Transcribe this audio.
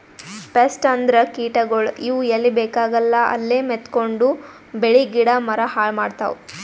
pest ಅಂದ್ರ ಕೀಟಗೋಳ್, ಇವ್ ಎಲ್ಲಿ ಬೇಕಾಗಲ್ಲ ಅಲ್ಲೇ ಮೆತ್ಕೊಂಡು ಬೆಳಿ ಗಿಡ ಮರ ಹಾಳ್ ಮಾಡ್ತಾವ್